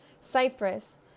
Cyprus